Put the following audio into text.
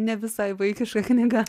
ne visai vaikiška knyga